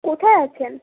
কোথায় আছেন